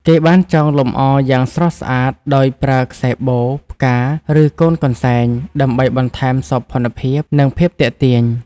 គេបានចងលម្អយ៉ាងស្រស់ស្អាតដោយប្រើ ខ្សែបូ ផ្កា ឬកូនកន្សែង ដើម្បីបន្ថែមសោភ័ណភាព និងភាពទាក់ទាញ។